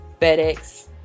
fedex